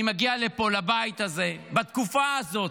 אני מגיע לפה, לבית הזה, בתקופה הזאת,